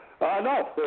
No